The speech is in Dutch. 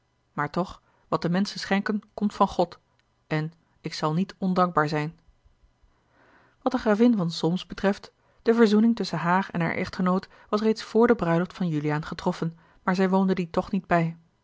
maar toch wat de menschen schenken komt van god en ik zal niet ondankbaar zijn wat de gravin van solms betreft de verzoening tusschen haar en haar echtgenoot was reeds vr de bruiloft van juliaan getroffen maar zij woonde die toch niet bij